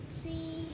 see